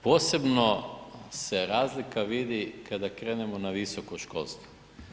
Posebno se razlika vidi kada krenemo na visoko školstvo.